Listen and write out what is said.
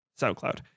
SoundCloud